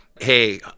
hey